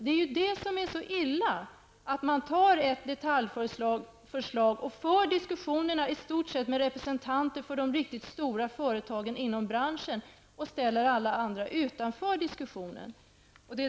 Det är detta som är så illa -- att man tar ett delförslag och för diskussionerna i stort sett med representanter för de riktigt stora företagen inom branschen, och ställer alla andra utanför diskussionen.